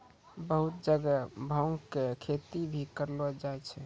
बहुत जगह भांग के खेती भी करलो जाय छै